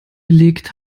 gelegt